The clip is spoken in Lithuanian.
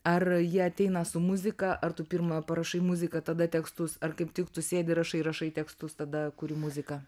ar jie ateina su muzika ar tu pirma parašai muziką tada tekstus ar kaip tik tu sėdi rašai rašai tekstus tada kuri muziką